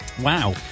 Wow